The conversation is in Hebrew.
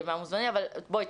בסדר.